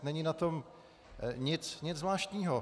Není na tom nic zvláštního.